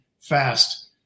fast